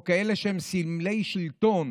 או כאלה שהם סמלי שלטון,